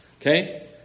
Okay